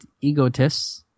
egotists